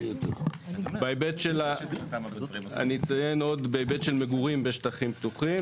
בהיבט של מגורים בשטחים פתוחים,